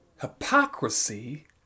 hypocrisy